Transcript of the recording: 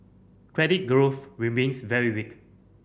credit growth remains very weak